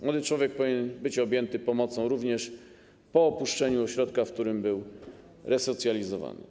Młody człowiek powinien być objęty pomocą również po opuszczeniu ośrodka, w którym był resocjalizowany.